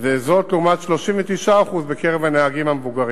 פי-שניים ויותר מהנהגים המבוגרים